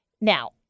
Now